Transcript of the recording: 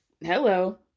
Hello